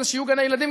כדי שיהיו גני-ילדים,